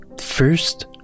First